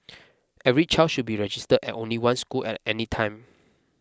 every child should be registered at only one school at any time